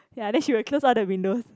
ya then she will close all the windows